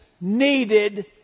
needed